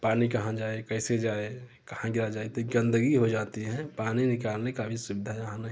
पानी कहाँ जाए कैसे जाए कहाँ गिराया जाए तो ये गंदगी हो जाती है पानी निकालने का भी सुविधा यहाँ नहीं है